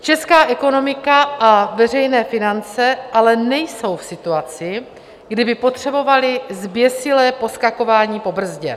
Česká ekonomika a veřejné finance ale nejsou v situaci, kdy by potřebovaly zběsilé poskakování po brzdě.